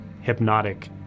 hypnotic